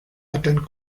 attend